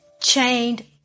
chained